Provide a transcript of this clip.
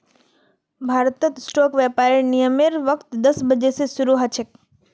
भारतत स्टॉक व्यापारेर विनियमेर वक़्त दस बजे स शरू ह छेक